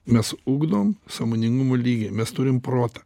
mes ugdom sąmoningumo lygį mes turim protą